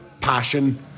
passion